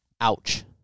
Ouch